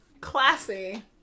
classy